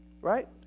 right